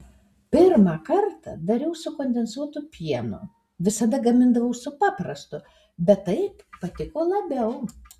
pirmą kartą dariau su kondensuotu pienu visada gamindavau su paprastu bet taip patiko labiau